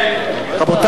ההצעה